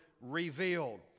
revealed